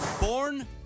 Born